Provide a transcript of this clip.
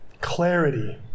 Clarity